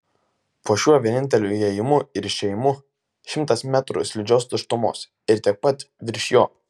po šiuo vieninteliu įėjimu ir išėjimu šimtas metrų slidžios tuštumos ir tiek pat virš jo